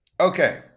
Okay